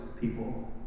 people